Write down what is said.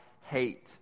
hate